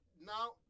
now